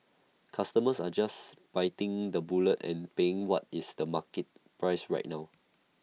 customers are just biting the bullet and paying what is the market price right now